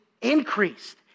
increased